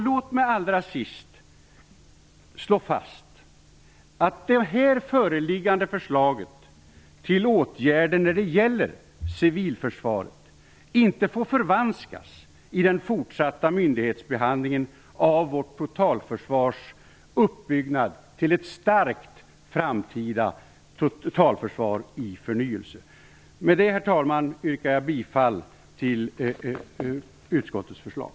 Låt mig allra sist slå fast att det föreliggande förslaget till åtgärder när det gäller civilförsvaret inte får förvanskas i den fortsatta myndighetsbehandlingen av vårt totalförsvars uppbyggnad till ett starkt framtida totalförsvar i förnyelse. Med det, herr talman, yrkar jag bifall till utskottets förslag.